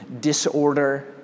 disorder